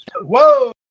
Whoa